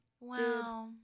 wow